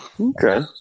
Okay